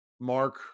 Mark